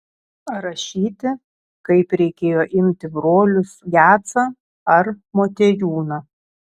rašyti kaip reikėjo imti brolius gecą ar motiejūną